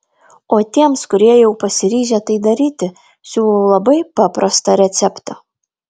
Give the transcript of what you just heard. o tiems kurie jau pasiryžę tai daryti siūlau labai paprastą receptą